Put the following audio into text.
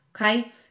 okay